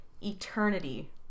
eternity